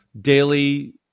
daily